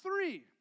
three